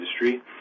industry